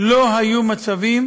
לא היו מצבים